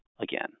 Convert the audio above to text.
again